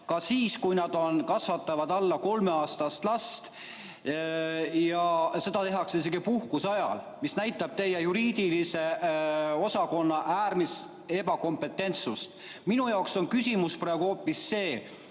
ka siis, kui nad kasvatavad alla kolmeaastast last. Seda tehakse isegi puhkuse ajal. See näitab teie juriidilise osakonna äärmist ebakompetentsust. Minu jaoks on küsimus hoopis see,